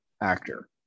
actor